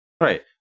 Right